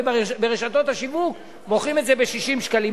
וברשתות השיווק מוכרים את זה ב-60 שקלים.